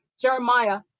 Jeremiah